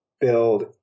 build